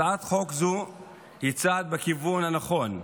הצעת חוק זו היא צעד בכיוון הנכון.